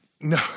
No